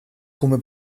come